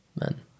man